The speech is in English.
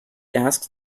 asked